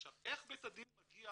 עכשיו, איך בית הדין מגיע